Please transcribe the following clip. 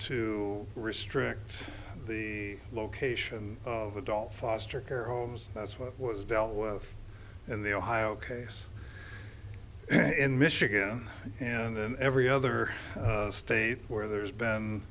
to restrict the location of adult foster care homes that's what was dealt with in the ohio case in michigan and in every other state where there's been